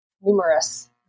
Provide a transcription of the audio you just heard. numerous